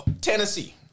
Tennessee